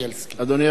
אדוני השר,